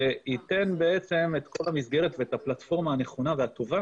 וייתן את כל המסגרת ואת הפלטפורמה הנכונה והטובה